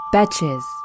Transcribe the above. Betches